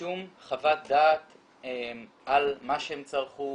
שום חוות דעת על מה שהם צרכו,